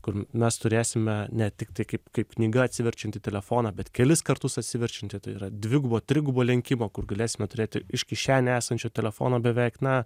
kur mes turėsime ne tiktai kaip kaip knyga atsiverčiantį telefoną bet kelis kartus atsiverčiantį tai yra dvigubo trigubo lenkimo kur galėsime turėti iš kišenėje esančio telefono beveik na